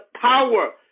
power